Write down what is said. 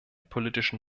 politischen